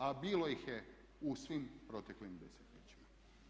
A bilo ih je u svim proteklim desetljećima.